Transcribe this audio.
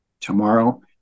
tomorrow